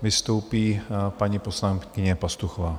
Vystoupí paní poslankyně Pastuchová.